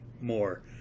more